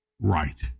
Right